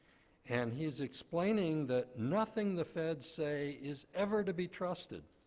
and he's explaining that nothing the feds say is ever to be trusted.